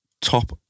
top